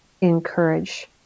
encourage